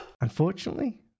Unfortunately